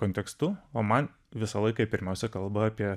kontekstu o man visą laiką pirmiausia kalba apie